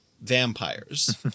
vampires